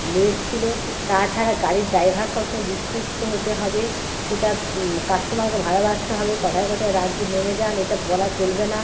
late ছিল তাছাড়া গাড়ির ড্রাইভার সব সময় বিশ্বস্ত হতে হবে সে তার কাস্টমারকে ভালোবাসতে হবে কথায় কথায় রাগে নেমে যান এটা বলা চলবে না